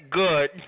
good